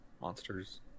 monsters